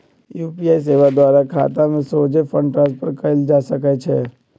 UPI सेवा द्वारा खतामें सोझे फंड ट्रांसफर कएल जा सकइ छै